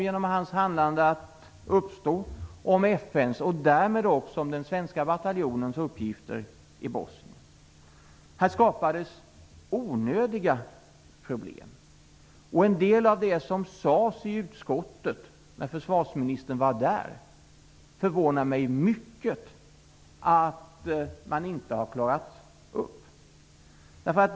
Genom hans handlande kom oklarhet att uppstå om FN:s och därmed också den svenska bataljonens uppgifter i Bosnien. Här skapades onödiga problem. En del av det som sades i utskottet när försvarsministern var där är det förvånande att man inte har klarat upp.